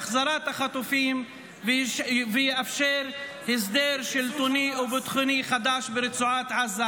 החזרת החטופים ויאפשר הסדר שלטוני וביטחוני חדש ברצועת עזה.